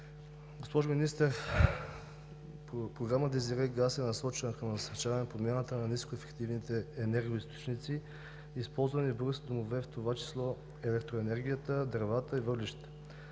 Госпожо Министър, Програма DESIREE Gas е насочена към насърчаване подмяната на нискоефективните енергоизточници, използвани в българските домове, в това число електроенергията, дървата и въглищата,